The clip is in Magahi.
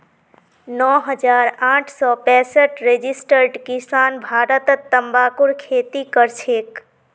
नौ हजार आठ सौ पैंसठ रजिस्टर्ड किसान भारतत तंबाकूर खेती करछेक